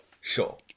sure